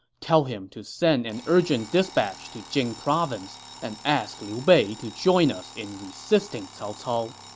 tell him to send an urgent dispatch to jing province and ask liu bei to join us in resisting cao cao.